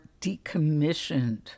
decommissioned